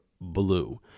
blue